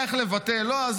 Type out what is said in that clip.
יפה שתעזרו להם.